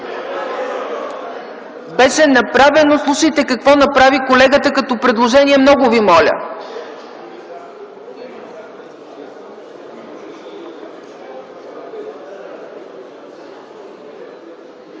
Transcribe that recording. Беше направено. Слушайте какво направи колегата като предложение. Много ви моля!